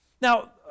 Now